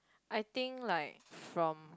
I think like from